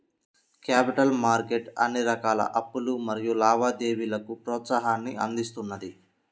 capital market అన్ని రకాల అప్పులు మరియు లావాదేవీలకు ప్రోత్సాహాన్ని అందిస్తున్నది